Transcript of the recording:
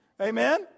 Amen